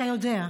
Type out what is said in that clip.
אתה יודע.